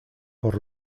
por